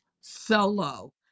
solo